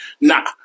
nah